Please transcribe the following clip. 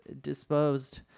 disposed